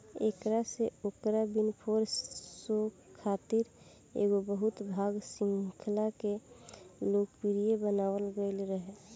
एकरा से ओकरा विनफ़्रे शो खातिर एगो बहु भाग श्रृंखला के लोकप्रिय बनावल गईल रहे